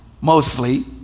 mostly